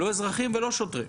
לא אזרחים ולא שוטרים.